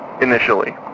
initially